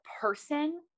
person